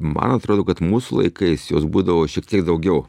man atrodo kad mūsų laikais jos būdavo šiek tiek daugiau